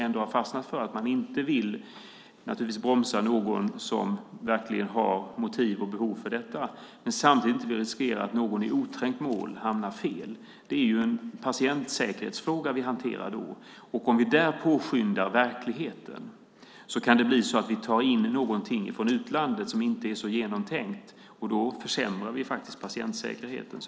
Man har fastnat för att man inte vill bromsa någon som verkligen har motiv för och behov av detta, men samtidigt vill man inte riskera att någon i oträngt mål hamnar fel. Det är en patientsäkerhetsfråga vi hanterar då. Om vi där påskyndar verkligheten kan det bli så att vi tar in någonting från utlandet som inte är så genomtänkt, och då försämrar vi patientsäkerheten.